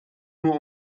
nur